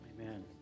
amen